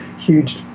huge